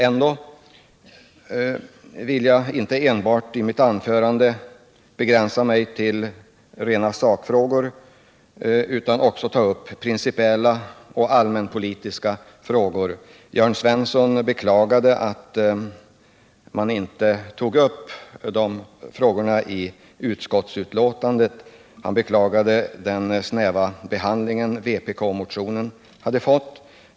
Jag vill i mitt anförande inte enbart begränsa mig till rena sakfrågor i bil. 15 till statsverkspropositionen utan också ta upp principiella och allmänpolitiska frågor. Jörn Svensson beklagade att man inte tog upp dessa frågor i utskottsbetänkandet. Han beklagade den snäva behandling vpk-motionen hade fått.